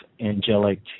angelic